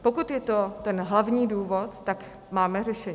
Pokud je to ten hlavní důvod, tak máme řešení.